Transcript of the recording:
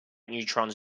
neutrons